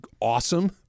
awesome